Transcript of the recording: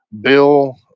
Bill